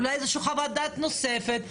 אולי הביאו חוות דעת נוספת ולפרט.